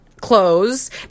clothes